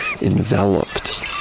enveloped